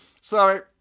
Sorry